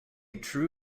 true